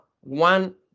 one